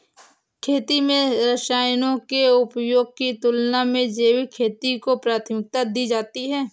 खेती में रसायनों के उपयोग की तुलना में जैविक खेती को प्राथमिकता दी जाती है